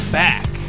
back